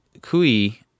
kui